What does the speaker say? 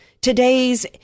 today's